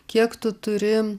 kiek tu turi